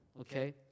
okay